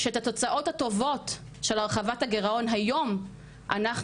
שאת התוצאות הטובות של הרחבת הגירעון היום אנחנו